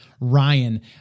Ryan